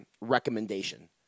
recommendation